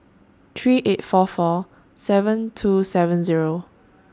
three eight four four seven two seven Zero